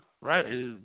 Right